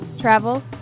travel